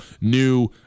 new